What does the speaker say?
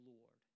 Lord